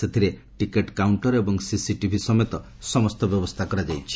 ସେଥିରେ ticket counter ଏବଂ CCTV ସମେତ ସମସ୍ତ ବ୍ୟବସ୍ଥା କରାଯାଇଛି